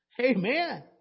Amen